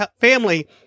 family